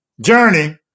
journey